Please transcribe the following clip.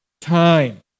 time